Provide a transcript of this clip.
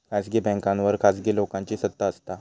खासगी बॅन्कांवर खासगी लोकांची सत्ता असता